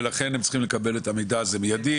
לכן הם צריכים לקבל את המידע הזה באופן מידי